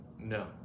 No